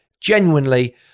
genuinely